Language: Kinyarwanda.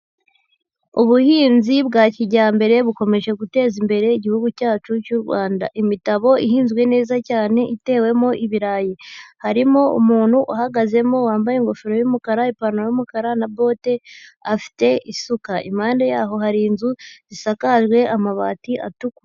Ubuhinzi bwa kijyambere bukomeje guteza imbere Igihugu cyacu cy'u Rwanda, imitabo ihinzwe neza cyane itewemo ibirayi, harimo umuntu uhagazemo wambaye ingofero y'umukara, ipantaro y'umukara na bote afite isuka, impande y'aho hari inzu zisakajwe amabati atukura.